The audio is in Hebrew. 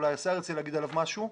אולי השר ירצה לומר עליו משהו,